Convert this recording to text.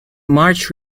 marge